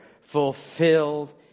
fulfilled